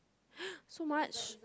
so much